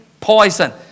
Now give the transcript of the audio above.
poison